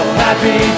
happy